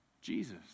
Jesus